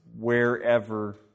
wherever